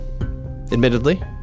admittedly